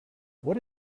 what